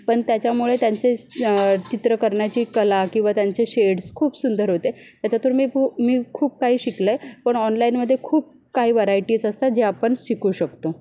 पण त्याच्यामुळे त्यांचे चित्र करण्याची कला किंवा त्यांचे शेड्स खूप सुंदर होते त्याच्यातून मी खू मी खूप काही शिकले पण ऑनलाईनमध्ये खूप काही व्हरायटीज असतात जे आपण शिकू शकतो